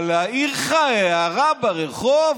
אבל להעיר לך הערה ברחוב,